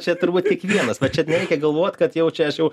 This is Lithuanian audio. čia turbūt kiekvienas va čia nereikia galvot kad jau čia aš jau